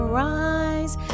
rise